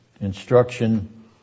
instruction